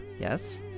Yes